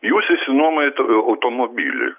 jūs išsinuomojat automobilį